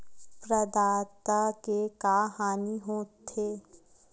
प्रदाता के का हानि हो थे?